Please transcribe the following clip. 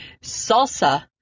salsa